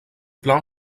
plan